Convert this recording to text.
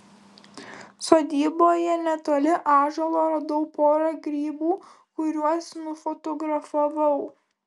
sodyboje netoli ąžuolo radau porą grybų kuriuos nufotografavau